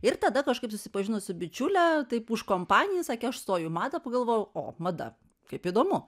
ir tada kažkaip susipažinus su bičiule taip už kompaniją sakė aš stoju į madą pagalvojau o mada kaip įdomu